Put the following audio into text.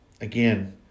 Again